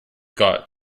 got